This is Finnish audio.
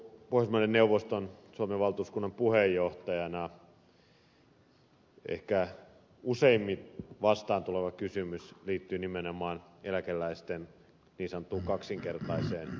pohjoismaiden neuvoston suomen valtuuskunnan puheenjohtajana ehkä useimmin vastaan tuleva kysymys liittyy nimenomaan eläkeläisten niin sanottuun kaksinkertaiseen verotukseen